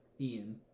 Ian